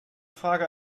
frage